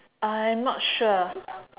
I'm not sure